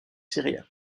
syriens